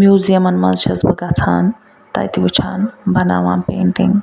میوٗزیَمَن مَنٛز چھَس بہٕ گَژھان تَتہِ وٕچھان بناوان پینٛٹِنٛگ